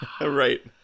right